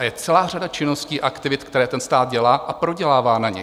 Je celá řada činností a aktivit, které stát dělá a prodělává na nich.